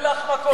אין לך מקום פה.